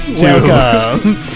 Welcome